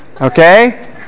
Okay